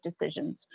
decisions